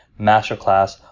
masterclass